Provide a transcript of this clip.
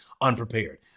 unprepared